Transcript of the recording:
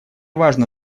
важно